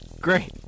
Great